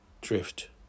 drift